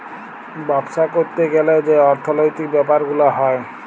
বাপ্সা ক্যরতে গ্যালে যে অর্থলৈতিক ব্যাপার গুলা হ্যয়